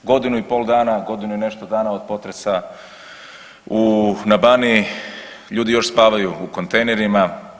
Godinu i pol dana, godinu i nešto dana od potresa na Baniji ljudi još spavaju u kontejnerima.